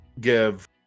give